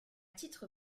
titre